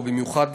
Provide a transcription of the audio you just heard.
ובמיוחד